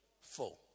four